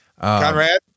Conrad